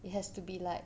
it has to be like